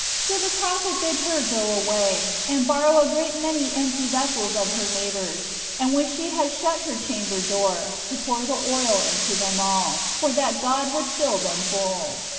so the prophet bid her go away, and borrow a great many empty vessels of her neighbors, and when she had shut her chamber door, to pour the oil into them all for that god would fill them full.